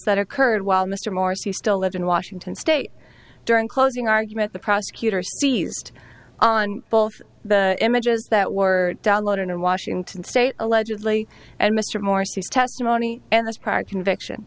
that occurred while mr morris who still lived in washington state during closing argument the prosecutor seized on both the images that were downloaded in washington state allegedly and mr morsy testimony and this part conviction